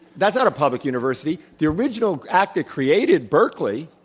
that's not a public university. the original act that created berkeley,